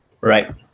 Right